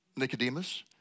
Nicodemus